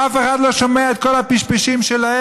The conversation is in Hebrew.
אף אחד לא שומע על כל הפשפשים שלהם,